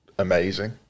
Amazing